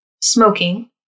Smoking